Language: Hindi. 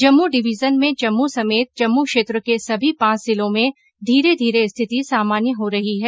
जम्मू डिवीजन में जम्मू समेत जम्मू क्षेत्र के सभी पांच जिलों में धीरे धीरे स्थिति सामान्य हो रही है